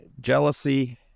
jealousy